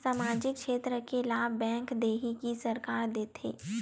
सामाजिक क्षेत्र के लाभ बैंक देही कि सरकार देथे?